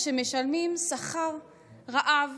כשמשלמים שכר רעב